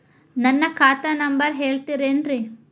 ನನ್ನ ಖಾತಾ ನಂಬರ್ ಹೇಳ್ತಿರೇನ್ರಿ?